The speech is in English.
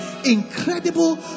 incredible